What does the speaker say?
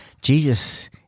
Jesus